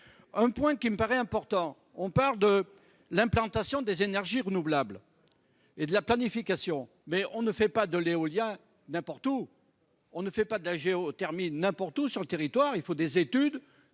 Un point me paraît important : on parle de l'implantation des énergies renouvelables et de la planification, mais on ne fait pas de l'éolien ou de la géothermie n'importe où sur le territoire ... Il faut des études